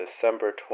December